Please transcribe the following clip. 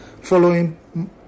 following